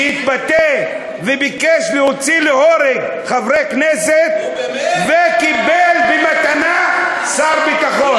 שהתבטא וביקש להוציא להורג חברי כנסת וקיבל במתנה להיות שר ביטחון.